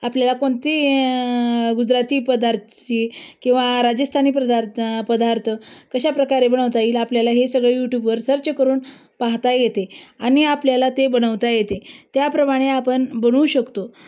आपल्याला कोणती गुजराती पदार्थाची किंवा राजस्थानी पदार्थ पदार्थ कशाप्रकारे बनवता येईल आपल्याला हे सगळे यूट्यूबवर सर्च करून पाहता येते आणि आपल्याला ते बनवता येते त्याप्रमाणे आपण बनवू शकतो